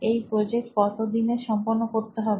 এই প্রজেক্ট কত দিনে সম্পন্ন করতে হবে